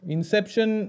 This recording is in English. Inception